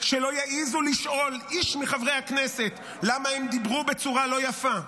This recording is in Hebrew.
שלא יעזו לשאול איש מחברי הכנסת למה הם דיברו בצורה לא יפה.